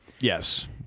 Yes